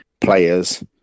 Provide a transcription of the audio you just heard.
players